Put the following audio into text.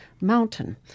mountain